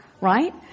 right